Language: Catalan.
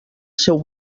seu